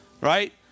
right